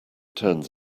turns